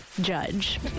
judge